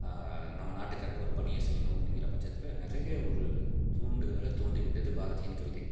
நம்ம நாட்டுக்காக ஒரு பணியை செய்யணும் அப்படிங்கிற பட்சத்தில் நிறைய ஒரு தூண்டுதலை தூண்டிவிட்டது பாரதியின் கவிதை